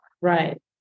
Right